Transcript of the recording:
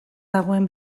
dagoen